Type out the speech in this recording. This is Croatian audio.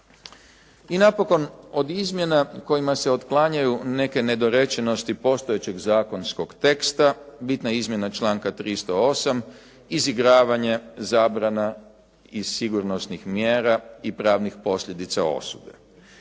I napokon od izmjena kojima se otklanjaju neke nedorečenosti postojećeg zakonskog teksta, bitna izmjena članka 308. izigravanje, zabrana iz sigurnosnih mjera i pravnih posljedica osude.